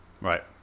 Right